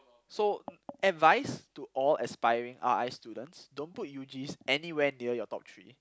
so advice to all aspiring R_I students don't put U_Gs anywhere near your top three